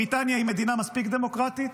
בריטניה היא מדינה מספיק דמוקרטית?